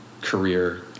career